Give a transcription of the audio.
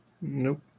Nope